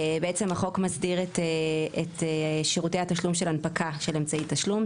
בעצם החוק מסדיר את שירותי התשלום של הנפקה של אמצעי תשלום,